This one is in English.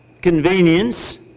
convenience